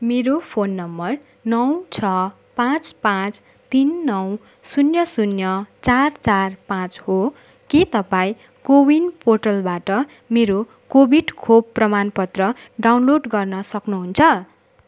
मेरो फोन नम्बर नौ छ पाँच पाँच तिन नौ शून्य शून्य चार चार पाँच हो के तपाईँ कोविन पोर्टलबाट मेरो कोभिड खोप प्रमाण पत्र डाउनलोड गर्न सक्नुहुन्छ